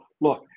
look